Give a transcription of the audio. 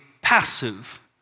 passive